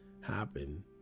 happen